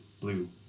blue